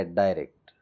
direct